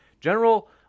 general